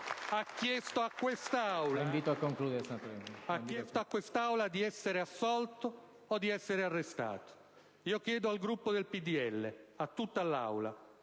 ha chiesto a quest'Aula di essere assolto o di essere arrestato. Io chiedo al Gruppo del PdL e a tutta l'Assemblea,